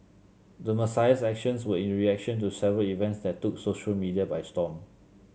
the Messiah's actions were in reaction to several events that took social media by storm